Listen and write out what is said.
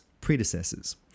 predecessors